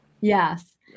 Yes